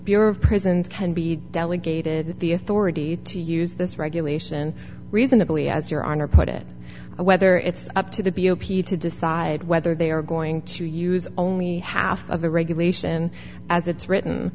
of prisons can be he delegated the authority to use this regulation reasonably as your honor put it whether it's up to the b o p to decide whether they are going to use only half of the regulation as it's written